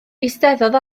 eisteddodd